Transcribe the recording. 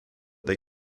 they